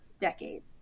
decades